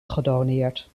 gedoneerd